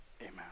Amen